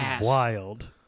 wild